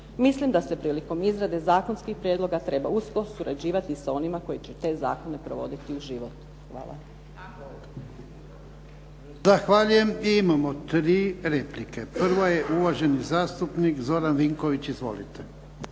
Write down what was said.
Mislim da prilikom izrade zakonskih prijedloga treba usko surađivati s onima koji će te zakone provoditi u život. Hvala. **Jarnjak, Ivan (HDZ)** Zahvaljujem. Imamo tri replike. Prva je uvaženi zastupnik Zoran Vinković. Izvolite.